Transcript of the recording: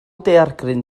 daeargryn